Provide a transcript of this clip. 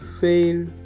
fail